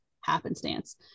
happenstance